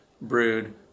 brood